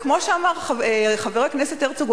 וכמו שאמר חבר הכנסת הרצוג,